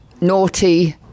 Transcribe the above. Naughty